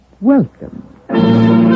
Welcome